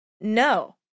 no